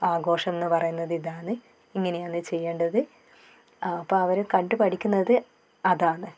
ആഘോഷം എന്നു പറയുന്നത് ഇതാണ് ഇങ്ങനെയാന്ന് ചെയ്യേണ്ടത് അപ്പം അവരും കണ്ടു പഠിക്കുന്നത് അതാണ്